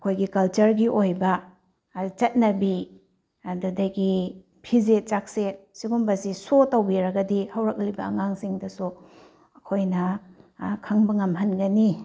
ꯑꯩꯈꯣꯏꯒꯤ ꯀꯜꯆꯔꯒꯤ ꯑꯣꯏꯕ ꯍꯥꯏꯕꯗꯤ ꯆꯠꯅꯕꯤ ꯑꯗꯨꯗꯒꯤ ꯐꯤꯖꯦꯠ ꯆꯥꯛꯆꯦꯠ ꯁꯤꯒꯨꯝꯕꯁꯦ ꯁꯣ ꯇꯧꯕꯤꯔꯒꯗꯤ ꯍꯧꯔꯛꯂꯤꯕ ꯑꯉꯥꯡꯁꯤꯡꯗꯁꯨ ꯑꯩꯈꯣꯏꯅ ꯈꯪꯕ ꯉꯝꯍꯟꯒꯅꯤ